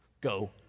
Go